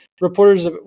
reporters